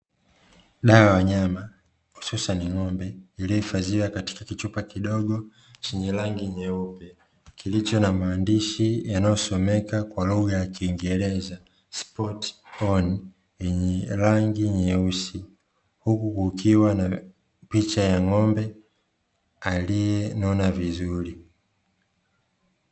Dawa ya wanyama hususani ng'ombe, iliyohifadhiwa katika kichupa kidogo chenye rangi nyeupe, kilicho na maandishi yanayosomeka kwa lugha ya kiingereza "SPOT ON", yenye rangi nyeusi, huku kukiwa na picha ya ng'ombe aliyenona vizuri.